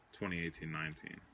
2018-19